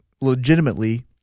legitimately